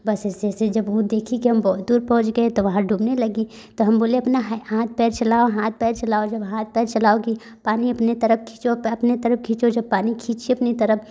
बस ऐसे ऐसे जब वो देखी कि हम बहुत दूर पहुँच गए हैं तब वहाँ डूबने लगी तो हम बोले अपना हाथ पैर चलाओ हाथ पैर चलाओ जब हाथ पैर चलाओगी पानी अपने तरफ खींचो अपने तरफ खींचो जब अपनी खींची अपनी तरफ